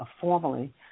formally